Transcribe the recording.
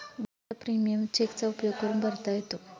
विम्याचा प्रीमियम चेकचा उपयोग करून भरता येतो